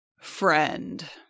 Friend